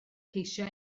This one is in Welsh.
ceisio